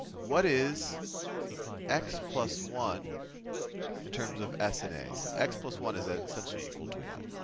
what is x plus one in terms of s and a? so x plus one is ah essentially equal to what?